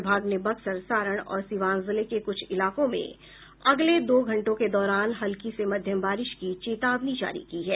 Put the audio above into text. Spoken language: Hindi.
विभाग ने बक्सर सारण और सिवान जिले के कुछ इलाकों में अगले दो घंटों के दौरान हल्की से मध्यम बारिश की चेतावनी जारी की है